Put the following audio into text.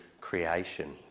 creation